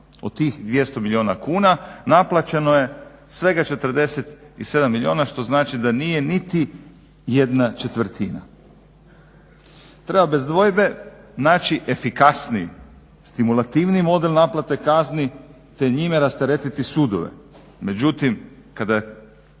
Od tih 200 milijuna kuna naplaćeno je svega 47 milijuna. Što znači da nije niti jedna četvrtina. Treba bez dvojbe naći efikasniji, stimulativniji model naplate kazni te njime rasteretiti sudove.